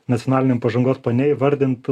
nacionaliniam pažangos plane įvardint